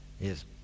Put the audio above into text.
Yes